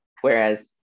whereas